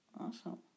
Awesome